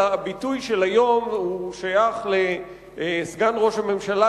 שהביטוי של היום שייך לסגן ראש הממשלה,